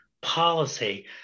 policy